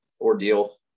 ordeal